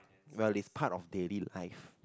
well it's part of daily life